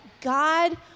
God